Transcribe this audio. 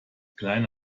kleine